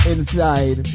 Inside